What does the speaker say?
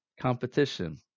Competition